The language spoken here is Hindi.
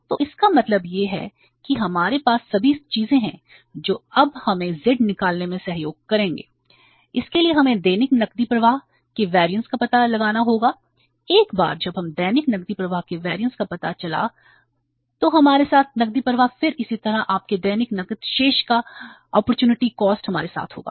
तो इसका मतलब यह है कि हमारे पास सभी चीजें हैं जो अब हमें z निकालने में सहयोग करेग इसके लिए हमें दैनिक नकदी प्रवाह हमारे साथ होगा